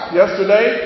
yesterday